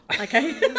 okay